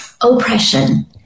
oppression